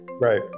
Right